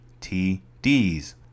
TDs